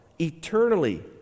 eternally